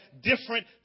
different